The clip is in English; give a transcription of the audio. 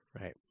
Right